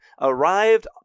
arrived